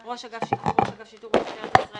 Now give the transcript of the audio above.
"ראש אגף שיטור" ראש אגף שיטור במשטרת ישראל